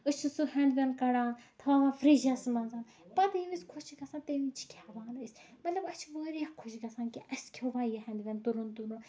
أسۍ چھِ سُہ ہیندویند کَڑان تھاوان فرجَس منٛز پَتہٕ ییٚمہِ وِزِ خۄش چھُ گژھان تَمہِ وِزِ چھِ کھیٚوان أسۍ مطلب أسۍ چھِ واریاہ خۄش گژھان کہِ اَسہِ کھیٚوا یہِ ہیندویند تُرُن تُرُن